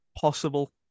possible